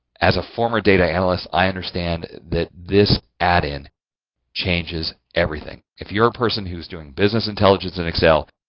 as a former data analyst, i understand that this add-in changes everything. if you're a person who's doing business intelligence in excel,